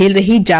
the yeah